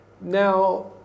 Now